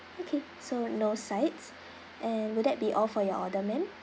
okay so no sides and would that be all for your order ma'am